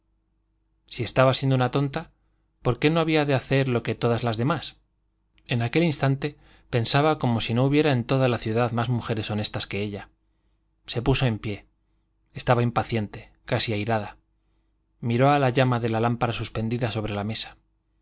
si estaba siendo una tonta por qué no había de hacer lo que todas las demás en aquel instante pensaba como si no hubiera en toda la ciudad más mujeres honestas que ella se puso en pie estaba impaciente casi airada miró a la llama de la lámpara suspendida sobre la mesa